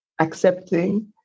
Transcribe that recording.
accepting